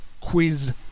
Quiz